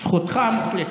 זכותך המוחלטת.